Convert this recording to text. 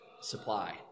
supply